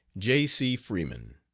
j. c. freeman.